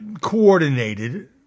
coordinated